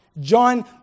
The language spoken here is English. John